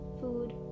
food